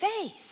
faith